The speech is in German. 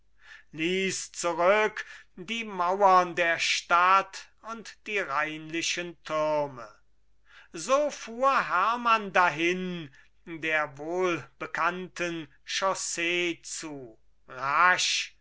ließ zurück die mauern der stadt und die reinlichen türme so fuhr hermann dahin der wohlbekannten chaussee zu rasch